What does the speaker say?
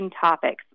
topics